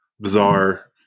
bizarre